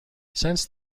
since